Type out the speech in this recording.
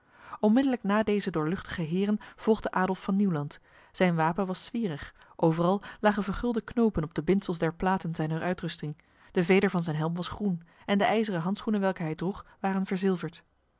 onmiddellijk na deze doorluchtige heren volgde adolf van nieuwland zijn wapen was zwierig overal lagen vergulde knopen op de bindsels der platen zijner uitrusting de veder van zijn helm was groen en de ijzeren handschoenen welke hij droeg waren verzilverd